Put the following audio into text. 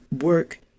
work